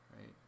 right